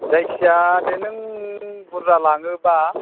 जायखिजाया दे नों बुरजा लाङोबा